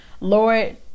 Lord